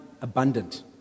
abundant